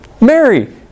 Mary